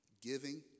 Giving